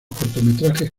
cortometrajes